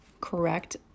correct